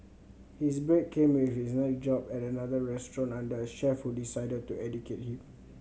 his break came with his next job at another restaurant under a chef who decided to educate him